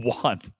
One